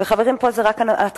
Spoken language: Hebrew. וחברים, פה זה רק ההתחלה.